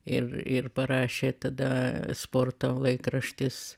ir ir parašė tada sporto laikraštis